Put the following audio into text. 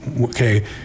Okay